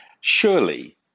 surely